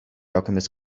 alchemist